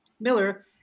Miller